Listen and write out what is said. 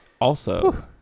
Also-